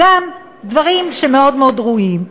גם דברים שמאוד מאוד ראויים.